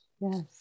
Yes